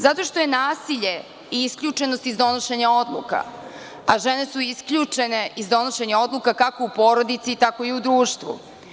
Zato što je nasilje i isključenost iz donošenja odluka, a žene su isključene iz donošenja odluka, kako u porodici, tako i u društvu.